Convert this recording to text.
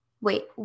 wait